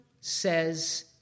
says